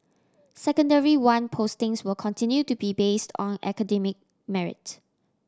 Secondary One postings will continue to be based on academic merit